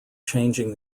changing